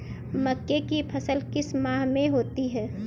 मक्के की फसल किस माह में होती है?